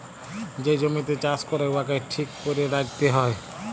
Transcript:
যে জমিতে চাষ ক্যরে উয়াকে ঠিক ক্যরে রাইখতে হ্যয়